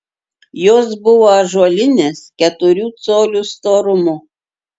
jos buvo ąžuolinės keturių colių storumo